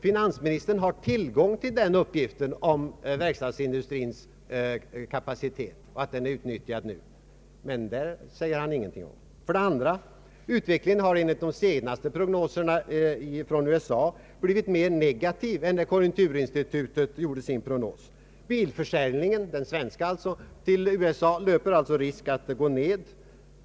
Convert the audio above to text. Finansministern har tillgång till uppgiften om verkstadsindustrins kapacitet och att den är så utnyttjad, men det säger han ingenting om. Utvecklingen har för det andra enligt de senaste prognoserna från USA blivit mer negativ än när konjunkturinstitutet gjorde sin prognos. Den svenska bilförsäljningen till USA löper risk att gå ned.